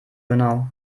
genau